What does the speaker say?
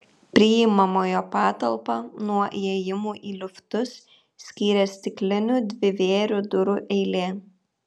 priimamojo patalpą nuo įėjimų į liftus skyrė stiklinių dvivėrių durų eilė